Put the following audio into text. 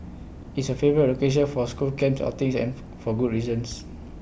it's A favourite location for school camps outings and for for good reasons